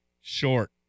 short